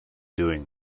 doing